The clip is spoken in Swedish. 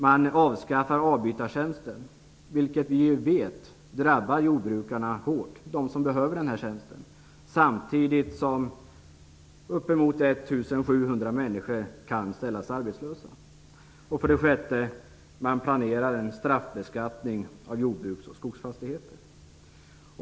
Man avskaffar avbytartjänster, vilket vi vet hårt drabbar jordbrukarna, som behöver dessa tjänster, samtidigt som uppemot 1 700 människor kan komma att ställas utan arbete. 6. Man planerar en straffbeskattning av jordbrukets skogsfastigheter.